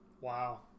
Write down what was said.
wow